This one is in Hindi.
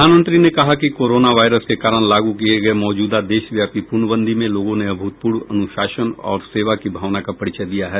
प्रधानमंत्री ने कहा कि कोरोना वायरस के कारण लागू किए गए मौजूदा देशव्यापी पूर्णबंदी में लोगों ने अभूतपूर्व अनुशासन और सेवा की भावना का परिचय दिया है